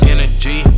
Energy